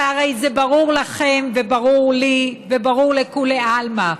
אבל הרי זה ברור לכם, וברור לי, וברור לכולי עלמא,